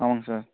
ஆமாங்க சார்